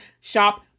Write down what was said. Shop